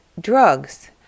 drugs